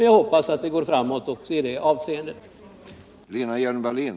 Jag hoppas att det går framåt också i det avseendet för Lena Hjelm-Wallén.